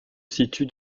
situe